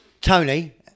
Tony